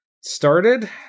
started